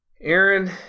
Aaron